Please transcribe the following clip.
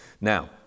Now